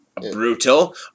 brutal